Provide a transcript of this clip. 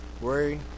Worry